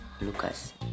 Lucas